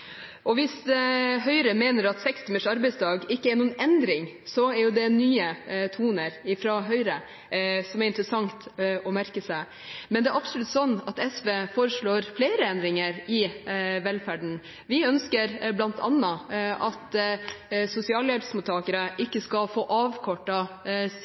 enkelte. Hvis Høyre mener at seks timers arbeidsdag ikke er noen endring, er det nye toner fra Høyre, noe som er interessant å merke seg. Men det er absolutt slik at SV foreslår flere endringer i velferden. Vi ønsker bl.a. at sosialhjelpsmottakere ikke skal få